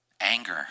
anger